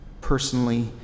personally